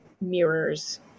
mirrors